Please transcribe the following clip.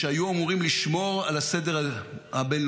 שהיו אמורים לשמור על הסדר העולמי,